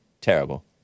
Terrible